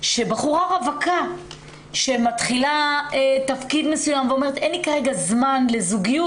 שבחורה רווקה שמתחילה תפקיד מסוים ואומרת 'אין לי כרגע זמן לזוגיות,